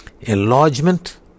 Enlargement